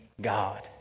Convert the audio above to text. God